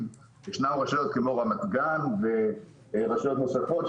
שישנן רשויות כמו רמת-גן ורשויות נוספות,